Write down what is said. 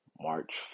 March